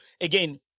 again